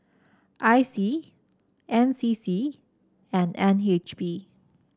I C N C C and N H B